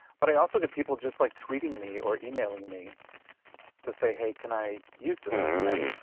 but i also get people just like tweeting me or emailing me to say, hey, can i use this and